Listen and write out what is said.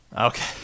Okay